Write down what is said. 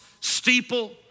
steeple